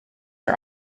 are